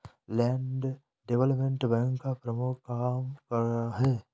Land development bank का प्रमुख काम क्या है?